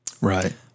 Right